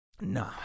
No